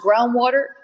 groundwater